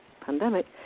pandemic